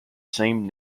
same